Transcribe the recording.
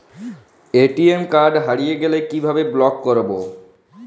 ATM card হারিয়ে গেলে কিভাবে ব্লক করবো?